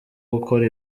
gukora